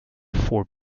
for